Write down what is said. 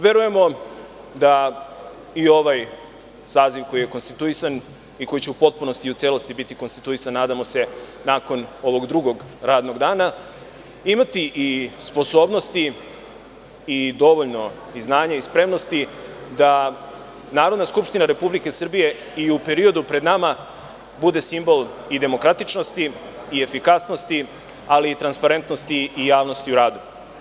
Verujemo da i ovaj saziv koji je konstituisan i koji će u potpunosti i celosti biti konstituisan nadamo se nakon ovog drugog radnog dana, imati i sposobnosti i dovoljno znanja i spremnosti da NS RS i u periodu pred nama bude simbol i demokratičnosti i efikasnosti, ali i transparentnosti i javnosti u radu.